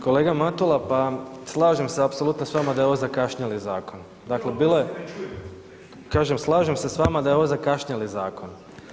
Kolega Matula, pa slažem se apsolutno s vama je ovo zakašnjeli zakon, dakle bilo je … [[Upadica: Ne razumije se.]] kažem slažem se s vama da je ovo zakašnjeli zakon.